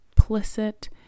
implicit